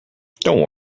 don’t